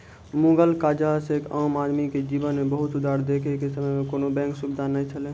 मुगल काजह से आम आदमी के जिवन मे बहुत सुधार देखे के समय मे कोनो बेंक सुबिधा नै छैले